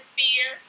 fear